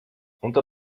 unter